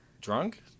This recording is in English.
drunk